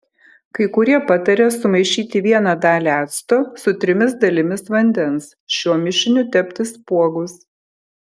kai kurie pataria sumaišyti vieną dalį acto su trimis dalimis vandens šiuo mišiniu tepti spuogus